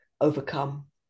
overcome